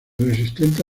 resistente